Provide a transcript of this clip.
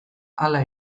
hala